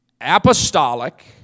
apostolic